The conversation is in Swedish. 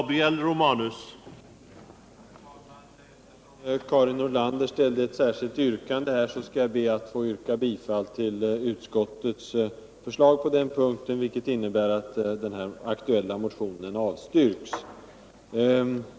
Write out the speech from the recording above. Herr talman! Eftersom Karin Nordlander ställde ett särskilt yrkande ber jag att få yrka bifall till utskottets förslag på den punkten, vilket innebär att den aktuella motionen avslås.